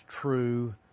true